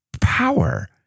power